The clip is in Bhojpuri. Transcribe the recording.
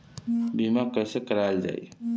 बीमा कैसे कराएल जाइ?